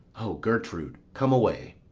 o gertrude, come away!